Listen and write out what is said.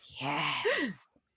Yes